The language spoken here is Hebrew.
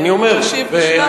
שהוא משיב בשמם,